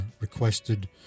requested